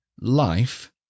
life